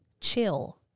chill